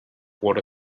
water